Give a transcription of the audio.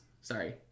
sorry